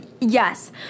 yes